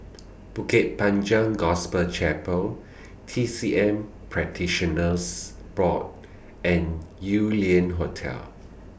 Bukit Panjang Gospel Chapel T C M Practitioners Board and Yew Lian Hotel